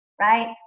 right